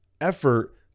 effort